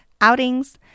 outings